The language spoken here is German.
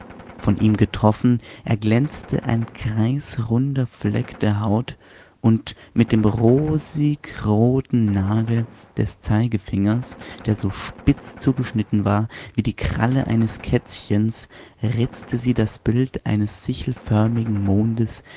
von ihm getroffen erglänzte ein kreisrunder flecken der haut und mit dem rosigroten nagel des zeigefingers der so spitz zugeschnitten war wie die kralle eines kätzchens ritzte sie das bild eines sichelförmigen mondes